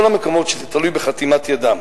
כל המקומות שזה תלוי בחתימת ידם,